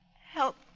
Help